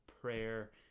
prayer